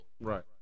Right